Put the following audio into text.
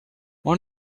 one